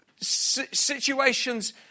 situations